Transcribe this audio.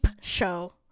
show